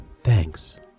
Thanks